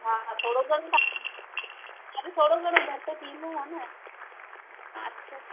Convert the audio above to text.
हा थोरो घणो त हाणे हींअर थोरो घणो घटि थींदो आहे न तव्हां अचो